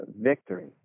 victory